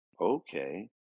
okay